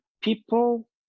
people